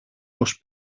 πως